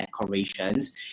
decorations